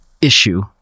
issue